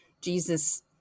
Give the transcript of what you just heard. Jesus